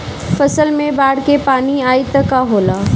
फसल मे बाढ़ के पानी आई त का होला?